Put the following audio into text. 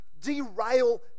derail